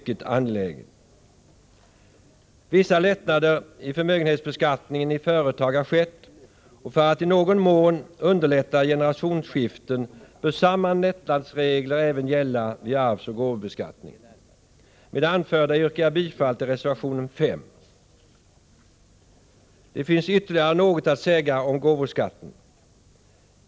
Vissa lättnader i förmögenhetsbeskattningen i företag har skett, och för att i någon mån underlätta generationsskiften bör samma lättnadsregler även gälla vid arvsoch gåvobeskattning. Med det anförda yrkar jag bifall till reservation 5. Det finns ytterligare något att säga om gåvoskatten.